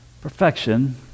Perfection